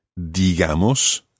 Digamos